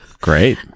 Great